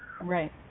Right